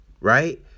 right